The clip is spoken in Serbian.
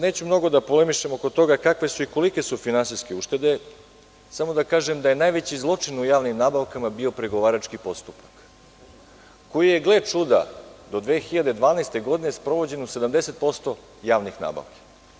Neću mnogo da polemišem oko toga kakve su i kolike su finansijske uštede, samo da kažem da je najveći zličin u javnim nabavkama bio pregovarački postupak, koji je, gle čuda, do 2012. godine sprovođen u 70% javnih nabavki.